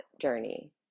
journey